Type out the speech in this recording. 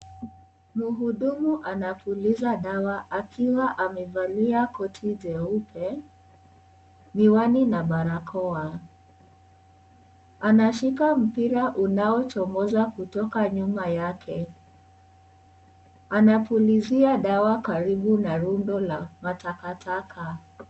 Mhudumu anapuliza dawa akiwa amevalia koti jeupe, miwani na barakoa. Anashika mpira unaochomoza kutoka nyuma yake. Anapulizia dawa karibu na rundo la matakataka.